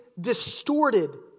distorted